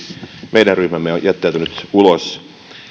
meidän ryhmämme on jättäytynyt ulos